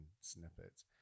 snippets